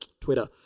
Twitter